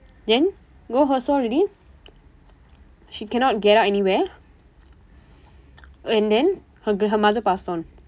then go hotel already she cannot get out anywhere and then her grand~ her mother passed on